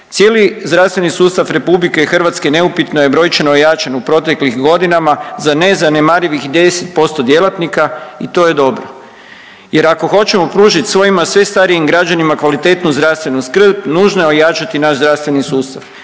Cijeli zdravstveni sustav RH neupitno je brojčano ojačan u proteklim godinama za nezanemarivih 10% djelatnika i to je dobro jer ako hoćemo pružit svojima sve starijim građanima kvalitetnu zdravstvenu skrb nužno je ojačati naš zdravstveni sustav,